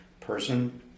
person